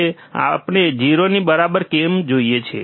આપણને 0 ની બરાબર કેમ જોઈએ છે